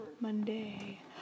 Monday